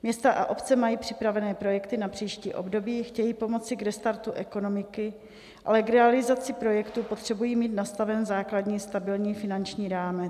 Města a obce mají připraveny projekty na příští období, chtějí pomoci k restartu ekonomiky, ale k realizaci projektu potřebují mít nastaven základní stabilní finanční rámec.